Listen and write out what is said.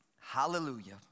hallelujah